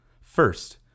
First